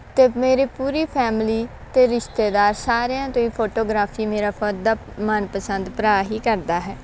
ਤਾਂ ਮੇਰੀ ਪੂਰੀ ਫੈਮਿਲੀ ਅਤੇ ਰਿਸ਼ਤੇਦਾਰ ਸਾਰਿਆਂ ਤੋਂ ਹੀ ਫੋਟੋਗ੍ਰਾਫੀ ਮੇਰਾ ਖੁਦ ਦਾ ਮਨਪਸੰਦ ਭਰਾ ਹੀ ਕਰਦਾ ਹੈ